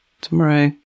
tomorrow